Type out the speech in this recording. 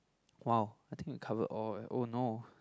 !wow! I think we cover all eh oh no